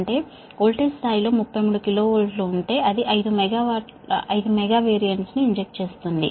అంటే వోల్టేజ్ స్థాయిలో 33 KV ఉంటే అది 5 మెగా VAR ను ఇంజెక్ట్ చేస్తుంది